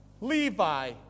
Levi